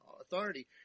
authority